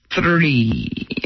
three